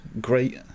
great